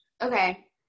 Okay